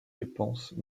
dépenses